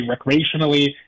recreationally